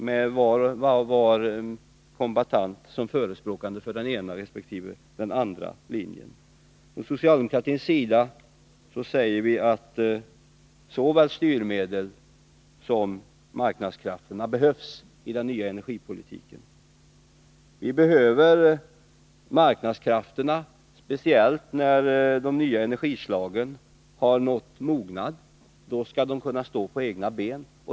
Där fanns var kombattant som förespråkare för den ena resp. den andra linjen. Från socialdemokratins sida säger vi: Såväl styrmedel som marknadskrafter behövs i den nya energipolitiken. Vi behöver marknadskrafterna speciellt när de nya energislagen har nått mognad. Då skall de kunna stå på egna ben.